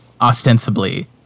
ostensibly